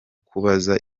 kubaza